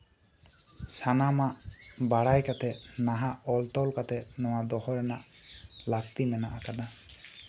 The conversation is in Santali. ᱥᱟᱱᱟᱢᱟᱜ ᱵᱟᱲᱟᱭ ᱠᱟᱛᱮ ᱱᱟᱦᱟᱜ ᱚᱞᱼᱛᱚᱞ ᱠᱟᱛᱮ ᱱᱚᱶᱟ ᱨᱮᱱᱟᱜ ᱫᱚᱦᱚ ᱨᱮᱱᱟᱜ ᱞᱟᱹᱠᱛᱤ ᱢᱮᱱᱟᱜ ᱟᱠᱟᱫᱟ